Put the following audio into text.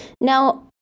Now